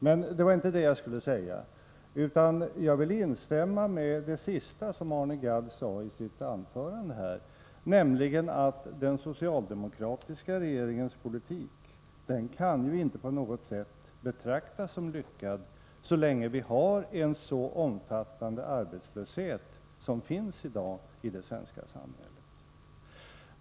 Men det var inte det jag skulle säga, utan jag vill instämma i det sista som Arne Gadd sade i sitt anförande, nämligen att den socialdemokratiska regeringens politik inte på något sätt kan betraktas som lyckad så länge vi har en så omfattande arbetslöshet i det svenska samhället som i dag.